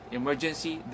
emergency